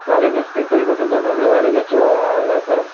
வேறே எங்கேயாச்சும் திருப்பதி மட்டும் தானா இல்லை வேறே எங்கேயாச்சும் இதா சார்